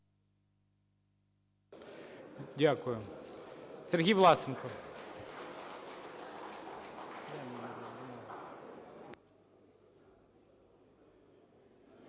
Дякую. Сергій Власенко.